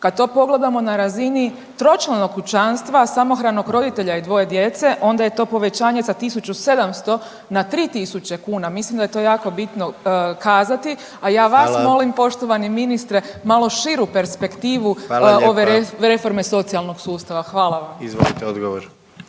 kad to pogledamo na razini tročlanog kućanstva samohranog roditelja i dvoje djece, onda je to povećanje sa 1700 na 3000 kuna. Mislim da je to jako bitno kazati, a ja vas .../Upadica: Hvala./... molim poštovani ministre, malo širu perspektivu .../Upadica: Hvala lijepa./... ove reforme socijalnog sustava. Hvala vam. **Jandroković,